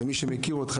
מי שמכיר אותך